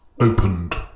opened